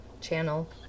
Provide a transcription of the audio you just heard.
Channel